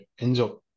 Enzo